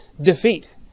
Defeat